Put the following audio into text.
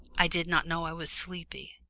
i did not know i was sleepy.